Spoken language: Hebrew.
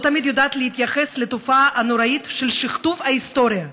לא תמיד היא יודעת להתייחס לתופעה הנוראית של שכתוב ההיסטוריה.